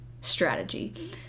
strategy